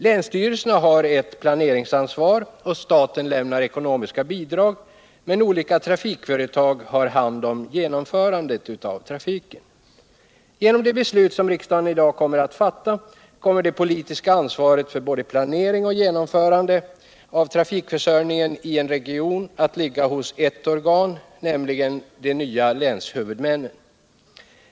Länsstyrelserna har ett planeringsansvar och staten lämnar ekonomiska bidrag, men olika trafikföretag har haft hand om genomförandet av trafiken. Genom det beslut som riksdagen i dag kommer att fatta kommer det politiska ansvaret för både planering och genomförande av trafikförsörjningenien region att ligga hos ett organ, nämligen de nya länshuvudmännen.